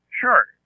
Sure